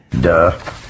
Duh